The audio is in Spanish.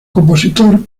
compositor